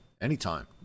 anytime